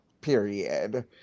period